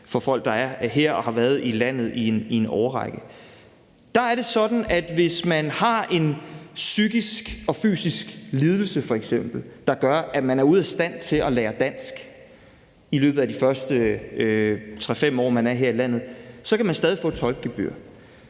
for folk, der er her og har været i landet i en årrække. Det er sådan, at hvis man har en psykisk eller fysisk lidelse f.eks., der gør, at man er ude af stand til at lære dansk i løbet af de første 3-5 år, man er her i landet, så kan man få tolk